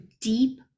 deep